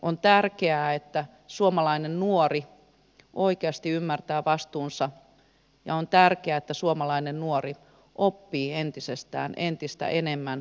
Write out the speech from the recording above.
on tärkeää että suomalainen nuori oikeasti ymmärtää vastuunsa ja on tärkeää että suomalainen nuori oppii entisestään entistä enemmän pärjätäkseen täällä maapallolla